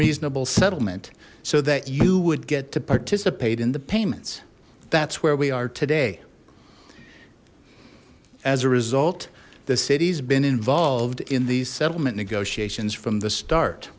reasonable settlement so that you would get to participate in the payments that's where we are today as a result the city's been involved in these settlement negotiations from the start